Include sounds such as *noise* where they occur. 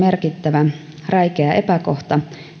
*unintelligible* merkittävä räikeä epäkohta